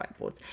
whiteboards